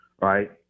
right